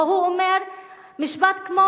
או שהוא אומר משפט כמו,